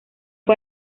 fue